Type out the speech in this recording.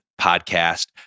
podcast